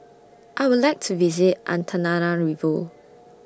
I Would like to visit Antananarivo